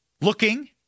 looking